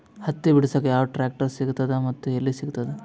ಹತ್ತಿ ಬಿಡಸಕ್ ಯಾವ ಟ್ರಾಕ್ಟರ್ ಸಿಗತದ ಮತ್ತು ಎಲ್ಲಿ ಸಿಗತದ?